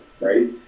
right